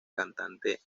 cantante